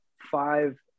five